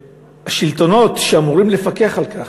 השלטונות שאמורים לפקח על כך,